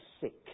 sick